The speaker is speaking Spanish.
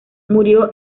murió